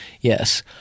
yes